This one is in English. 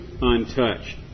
untouched